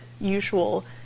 usual